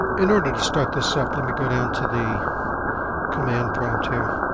in order to start this up, let me go down to the command prompt here.